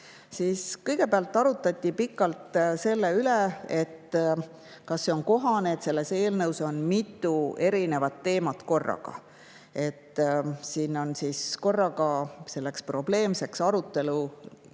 Kõigepealt arutati pikalt selle üle, kas on kohane, et selles eelnõus on mitu erinevat teemat korraga. Meil läks probleemseks aruteluks,